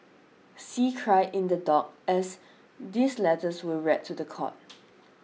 see cried in the dock as these letters were read to the court